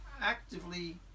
actively